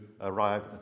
arrive